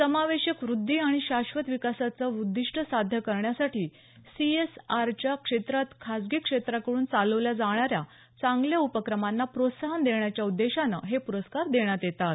समावेशक व्रद्धी आणि शाश्वत विकासाचं उद्दिष्ट साध्य करण्यासाठी सीएसआरच्या क्षेत्रात खासगी क्षेत्राकडून चालवल्या जाणाऱ्या चांगल्या उपक्रमांना प्रोत्साहन देण्याच्या उद्देशानं हे पुरस्कार देण्यात येतात